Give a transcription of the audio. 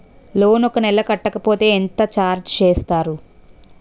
Loan ఒక నెల కట్టకపోతే ఎంత ఛార్జ్ చేస్తారు?